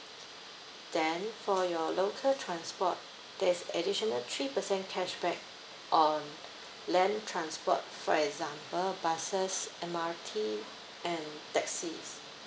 then for your local transport there's additional three percent cashback on land transport for example buses M_R_T and taxis